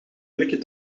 blikken